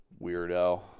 weirdo